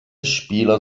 spieler